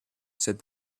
said